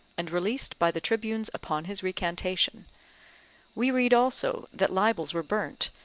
and released by the tribunes upon his recantation we read also that libels were burnt,